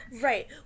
right